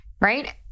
right